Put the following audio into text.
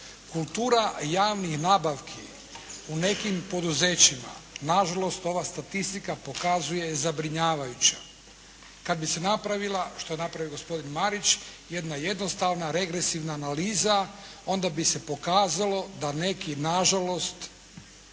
Kultura javnih nabavki u nekim poduzećima, na žalost ova statistika pokazuje zabrinjavajuća. Kad bi se napravila, što je napravio gospodin Marić, jedna jednostavna regresivna analiza, onda bi se pokazalo da neki na žalost